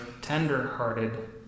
tender-hearted